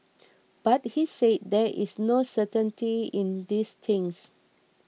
but he said there is no certainty in these things